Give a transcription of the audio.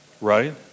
Right